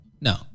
No